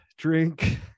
drink